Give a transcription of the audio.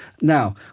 Now